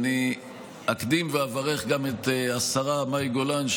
אקדים ואברך גם את השרה מאי גולן,